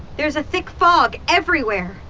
there's a thick fog everywhere.